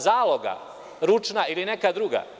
Zaloga ručna ili neka druga?